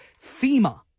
FEMA